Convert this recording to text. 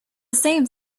same